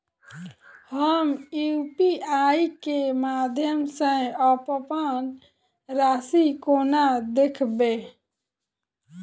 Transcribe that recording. हम यु.पी.आई केँ माध्यम सँ अप्पन राशि कोना देखबै?